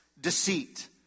deceit